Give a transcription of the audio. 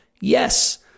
Yes